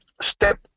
step